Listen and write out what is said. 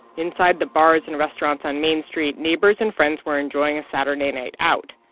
inside the bars and restaurants on main street, neighbors and friends were enjoying a saturday night out.